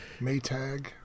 Maytag